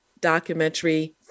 documentary